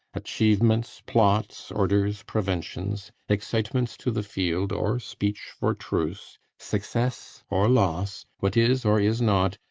achievements, plots, orders, preventions, excitements to the field or speech for truce, success or loss, what is or is not,